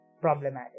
problematic